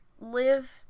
live